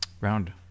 round